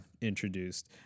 introduced